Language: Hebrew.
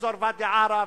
באזור ואדי-עארה,